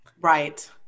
Right